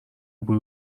بود